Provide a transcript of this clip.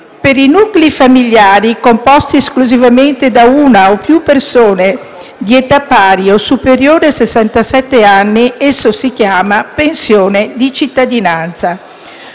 Per i nuclei familiari composti esclusivamente da una o più persone di età pari o superiore a sessantasette anni si chiama pensione di cittadinanza.